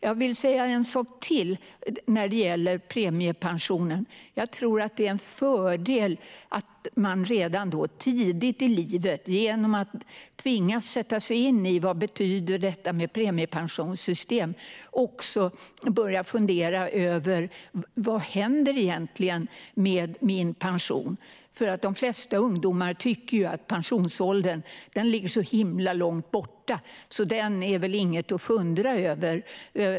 Jag vill säga en sak till när det gäller premiepensionen. Jag tror att det är en fördel att man redan tidigt i livet, genom att tvingas sätta sig in i vad detta med premiepensionssystem betyder, börjar fundera över vad som egentligen händer med pensionen. De flesta ungdomar tycker att pensionen ligger så himla långt bort och att den inte är något att fundera över.